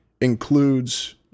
includes